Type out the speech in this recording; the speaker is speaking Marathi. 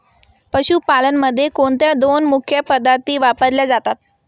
पशुपालनामध्ये कोणत्या दोन मुख्य पद्धती वापरल्या जातात?